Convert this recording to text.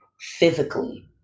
physically